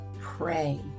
pray